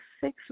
six